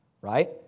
right